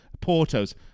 Porto's